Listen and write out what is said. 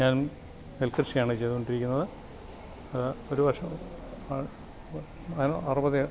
ഞാൻ നെൽക്കൃഷിയാണ് ചെയ്തുകൊണ്ടിരിക്കുന്നത് അത് ഒരു വർഷം അറുപത്